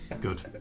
Good